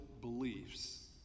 beliefs